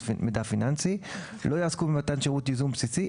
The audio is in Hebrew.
מידע פיננסי לא יעסקו במתן שירות ייזום בסיסי,